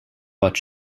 but